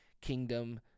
kingdom